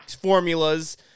formulas